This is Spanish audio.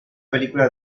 película